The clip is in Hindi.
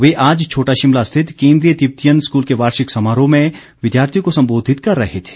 वे आज छोटा शिमला स्थित केंद्रीय तिब्बतीयन स्कूल के वार्षिक समारोह में विद्यार्थियों को संबोधित कर रहे थे